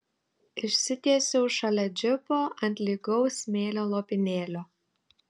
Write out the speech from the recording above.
išsitiesiau šalia džipo ant lygaus smėlio lopinėlio